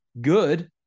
Good